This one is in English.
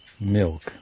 milk